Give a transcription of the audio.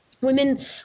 Women